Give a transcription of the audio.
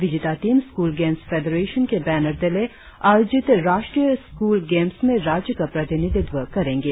विजेता team school games federation के banner तले आयोजित राष्ट्रीय स्कूल गेम्स में राज्य का प्रतिनिधित्व करेंगे